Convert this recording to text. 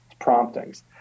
promptings